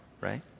right